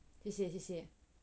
谢谢